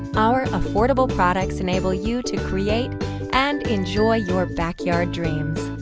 our affordable products enable you to create and enjoy your backyard dreams.